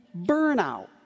burnout